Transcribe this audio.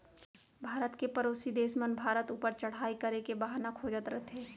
भारत के परोसी देस मन भारत ऊपर चढ़ाई करे के बहाना खोजत रथें